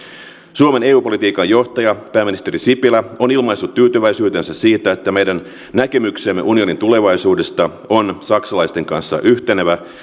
suomen eu politiikan johtaja pääministeri sipilä on ilmaissut tyytyväisyytensä siitä että meidän näkemyksemme unionin tulevaisuudesta on saksalaisten kanssa yhtenevä